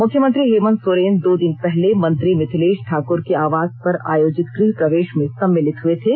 मुख्यमंत्री हेमंत सोरेन दो दिन पहले मंत्री मिथिलेश ठाकुर के आवास पर आयोजित गृह प्रवेश में सम्मिलित हुए थे